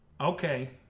Okay